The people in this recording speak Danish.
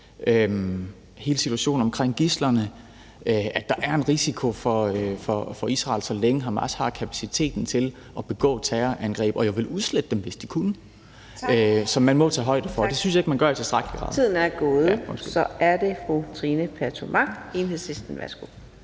hele situationen omkring gidslerne, og der er en risiko for Israel, så længe Hamas har kapaciteten til at begå terrorangreb, og hvor de jo ville udslette dem, hvis de kunne. Så det må man tage højde for, og det synes jeg ikke man gør i tilstrækkelig grad. Kl. 13:26 Fjerde næstformand